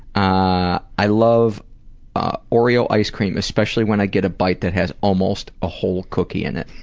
i i love oreo ice cream especially when i get a bite that has almost a whole cookie in it.